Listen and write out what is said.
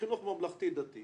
חינוך ממלכתי-דתי